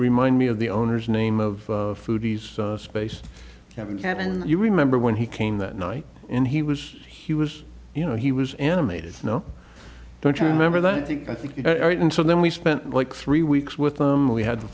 remind me of the owner's name of foodies space having cap and you remember when he came that night and he was he was you know he was animated snow don't you remember that i think i think you know and so then we spent like three weeks with them we had to